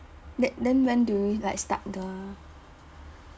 then then when do you like start the